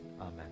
amen